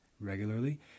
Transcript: regularly